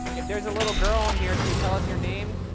if there's a little girl in here, could you tell us your name?